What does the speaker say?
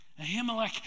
Ahimelech